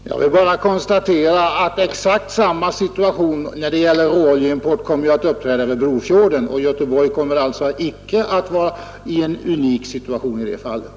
Herr talman! Jag vill bara konstatera att exakt samma situation när det gäller råoljeimport kommer att uppstå vid Brofjorden, och Göteborg kommer alltså icke att vara i en unik belägenhet i detta avseende.